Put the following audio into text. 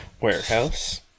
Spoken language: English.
warehouse